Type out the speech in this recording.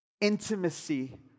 intimacy